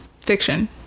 Fiction